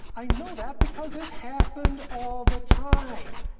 i know that because it happened all the time!